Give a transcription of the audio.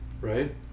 right